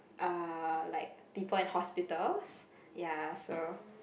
uh like people in hospitals ya so